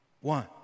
One